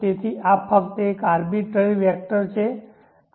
તેથી આ ફક્ત એક આર્બિટરી વેક્ટર છે